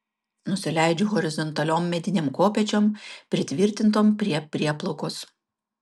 nusileidžiu horizontaliom medinėm kopėčiom pritvirtintom prie prieplaukos